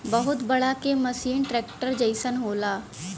बहुत बड़ा के मसीन ट्रेक्टर जइसन होला